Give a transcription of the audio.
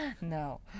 No